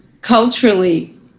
culturally